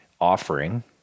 offering